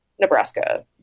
Nebraska